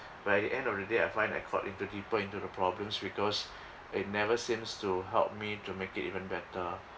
but at the end of the day I find that I caught into deeper into the problems because it never seems to help me to make it even better